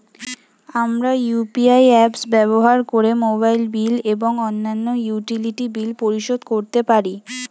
আমরা UPI apps ব্যবহার করে মোবাইল বিল এবং অন্যান্য ইউটিলিটি বিল পরিশোধ করতে পারি